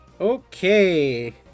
Okay